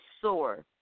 soar